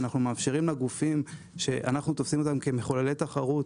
אנחנו מאפשרים לגופים שאנחנו תופסים אותם כמחוללי תחרות